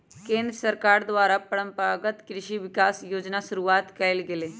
केंद्र सरकार द्वारा परंपरागत कृषि विकास योजना शुरूआत कइल गेलय